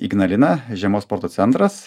ignalina žiemos sporto centras